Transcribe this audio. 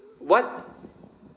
what